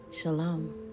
Shalom